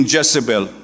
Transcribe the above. Jezebel